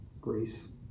Grace